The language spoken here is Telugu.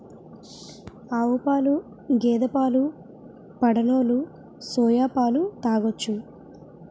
ఆవుపాలు గేదె పాలు పడనోలు సోయా పాలు తాగొచ్చు